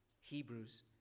Hebrews